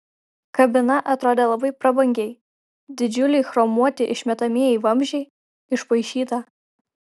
kabina atrodė labai prabangiai didžiuliai chromuoti išmetamieji vamzdžiai išpaišyta